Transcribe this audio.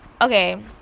okay